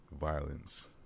violence